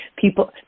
People